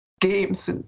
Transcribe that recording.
games